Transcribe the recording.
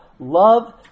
Love